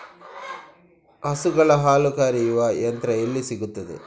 ಹಸುಗಳ ಹಾಲು ಕರೆಯುವ ಯಂತ್ರ ಎಲ್ಲಿ ಸಿಗುತ್ತದೆ?